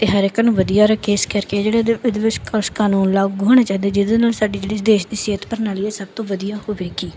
ਅਤੇ ਹਰ ਇੱਕ ਨੂੰ ਵਧੀਆ ਰੱਖੇ ਇਸ ਕਰਕੇ ਜਿਹੜੇ ਇਹਦੇ ਇਹਦੇ ਵਿੱਚ ਕੁਛ ਕਾਨੂੰਨ ਲਾਗੂ ਹੋਣੇ ਚਾਹੀਦੇ ਜਿਹਦੇ ਨਾਲ ਸਾਡੀ ਜਿਹੜੀ ਦੇਸ਼ ਦੀ ਸਿਹਤ ਪ੍ਰਣਾਲੀ ਇਹ ਸਭ ਤੋਂ ਵਧੀਆ ਹੋਵੇਗੀ